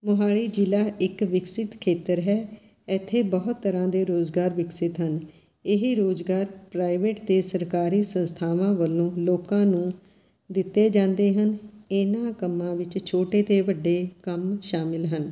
ਮੋਹਾਲੀ ਜ਼ਿਲ੍ਹਾ ਇੱਕ ਵਿਕਸਿਤ ਖੇਤਰ ਹੈ ਇੱਥੇ ਬਹੁਤ ਤਰ੍ਹਾਂ ਦੇ ਰੁਜ਼ਗਾਰ ਵਿਕਸਿਤ ਹਨ ਇਹ ਰੁਜ਼ਗਾਰ ਪ੍ਰਾਈਵੇਟ ਅਤੇ ਸਰਕਾਰੀ ਸੰਸਥਾਵਾਂ ਵੱਲੋਂ ਲੋਕਾਂ ਨੂੰ ਦਿੱਤੇ ਜਾਂਦੇ ਹਨ ਇਹਨਾਂ ਕੰਮਾਂ ਵਿੱਚ ਛੋਟੇ ਅਤੇ ਵੱਡੇ ਕੰਮ ਸ਼ਾਮਿਲ ਹਨ